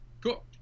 Cool